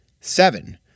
Seven